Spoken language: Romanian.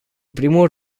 primul